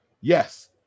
yes